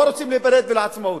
או רוצים להיפרד ולעצמאות.